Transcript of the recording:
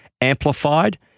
amplified